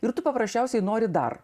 ir tu paprasčiausiai nori dar